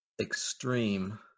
extreme